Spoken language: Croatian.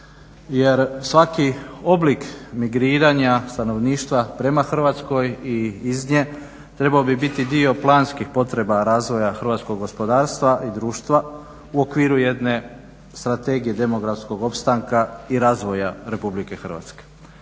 Jer svaki oblik migriranja stanovništva prema Hrvatskoj i iz nje trebao bi biti dio planskih potreba razvoja hrvatskog gospodarstva i društva u okviru jedne Strategije demografskog opstanka i razvoja RH. Dakle,